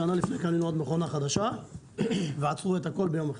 שנה לפני כן קנינו עוד מכונה חדשה ועצרו את הכול ביום אחד.